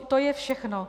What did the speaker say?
To je všechno.